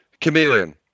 Chameleon